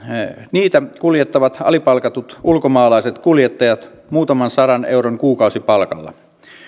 niitä kuljettavat alipalkatut ulkomaalaiset kuljettajat muutaman sadan euron kuukausipalkalla